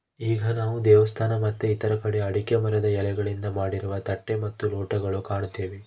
ಈಗ ನಾವು ದೇವಸ್ಥಾನ ಮತ್ತೆ ಇತರ ಕಡೆ ಅಡಿಕೆ ಮರದ ಎಲೆಗಳಿಂದ ಮಾಡಿರುವ ತಟ್ಟೆ ಮತ್ತು ಲೋಟಗಳು ಕಾಣ್ತಿವಿ